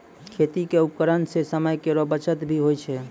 खेती क उपकरण सें समय केरो बचत भी होय छै